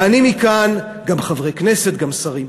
גם חברי כנסת, גם שרים.